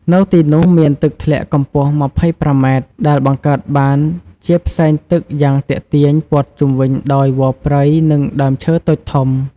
នៅទីនោះ មានទឹកធ្លាក់កម្ពស់២៥ម៉ែត្រ ដែលបង្កើតបានជាផ្សែងទឹកយ៉ាងទាក់ទាញ ព័ទ្ធជុំវិញដោយវល្លិព្រៃ និងដើមឈើតូចធំ។